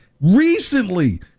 recently